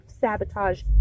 sabotage